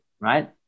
right